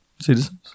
Citizens